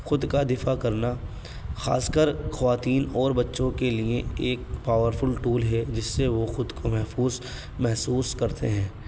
خود کا دفاع کرنا خاص کر خواتین اور بچوں کے لیے ایک پاورفل ٹول ہے جس سے وہ خود کو محفوظ محسوس کرتے ہیں